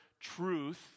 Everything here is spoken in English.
truth